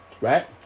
Right